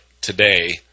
today